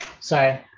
sorry